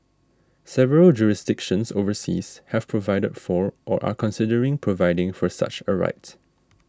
several jurisdictions overseas have provided for or are considering providing for such a right